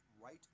right